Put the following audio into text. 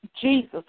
Jesus